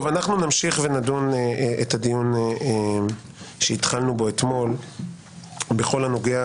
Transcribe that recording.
אנחנו נמשיך לדון בדיון בו התחלנו אתמול בכל הנוגע